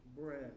bread